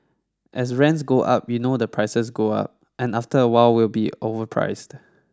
as rents go up you know the prices go up and after a while we'll be overpriced